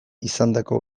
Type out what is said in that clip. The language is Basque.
izandako